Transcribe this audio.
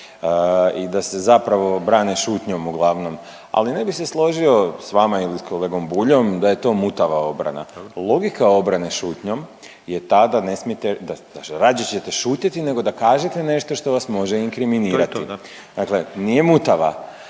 i da se zapravo brane šutnjom uglavnom. Ali ne bih se složio s vama ili s kolegom Boljom da je to mutava obrana. Logika obrane šutnjom je ta da ne smijete, da rađe ćete šutjeti nego da kažete nešto što vas može inkriminirati. … /Upadica Grmoja: